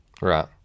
Right